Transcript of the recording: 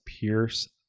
Pierce